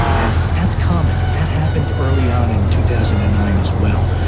and that's common. that happened early on in two thousand and nine as well.